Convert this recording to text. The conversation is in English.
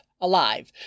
alive